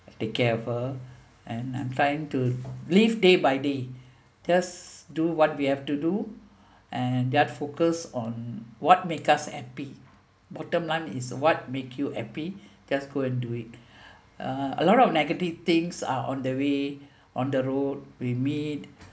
if they care for her and I'm fine to live day by day just do what we have to do and that focus on what make us happy bottom line is what make you happy just go and do it uh a lot of negative things are on the way on the road we meet